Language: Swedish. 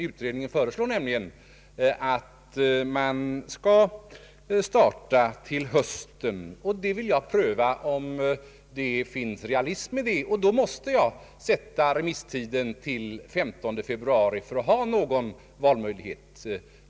Utredningen föreslår nämligen att man skall starta till hösten, och jag vill pröva om detta är realistiskt. Jag måste därför sätta remisstiden till den 135 februari för att ha någon valmöjlighet.